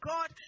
God